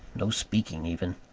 no speaking even.